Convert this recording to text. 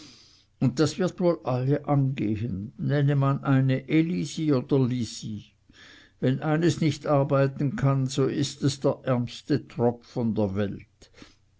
und das wird wohl alle angehen nenne man eine elisi oder lisi wenn eines nicht arbeiten kann so ist es der ärmste tropf von der welt